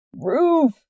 Roof